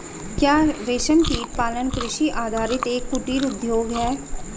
क्या रेशमकीट पालन कृषि आधारित एक कुटीर उद्योग है?